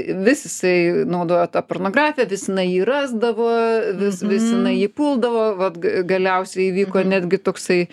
vis jisai naudojo tą pornografiją vis jinai jį rasdavo vis vis jinai jį puldavo vat g galiausiai įvyko netgi toksai